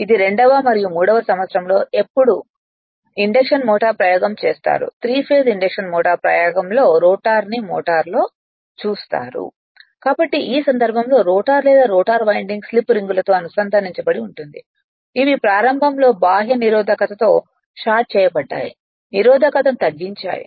ఇది 2 వ మరియు 3 వ సంవత్సరంలో ఎప్పుడు ఇండక్షన్ మోటార్ ప్రయోగం చేస్తారు త్రి ఫేస్ ఇండక్షన్ మోటారు ప్రయోగం లో రోటర్ ని మోటారులో చూస్తారు కాబట్టి ఈ సందర్భంలో రోటర్ లేదా రోటర్ వైండింగ్ స్లిప్ రింగులతో అనుసంధానించబడి ఉంటుంది ఇవి ప్రారంభంలో బాహ్య నిరోధకత తో షార్ట్ చేయబడ్డాయి నిరోధకతను తగ్గించాయి